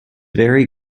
very